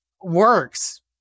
works